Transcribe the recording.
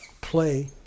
play